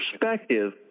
perspective